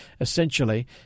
essentially